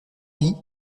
lit